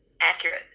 accurate